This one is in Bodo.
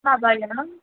माबायोना